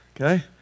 Okay